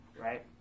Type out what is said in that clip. right